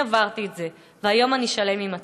אני עברתי את זה, והיום אני שלם עם עצמי.